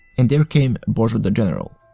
and there came bozo the general,